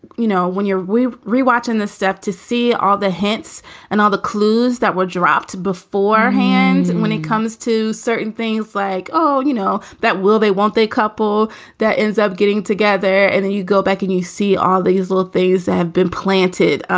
you know, when you're with rewatching the stuff to see all the hints and other clues that were dropped beforehand. and when it comes to certain things like, oh, you know, that will they won't they couple that ends up getting together and then you go back and you see all these little things that have been planted,